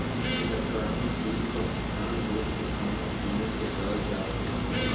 electronic bill क भुगतान देश के कउनो भी कोने से करल जा सकला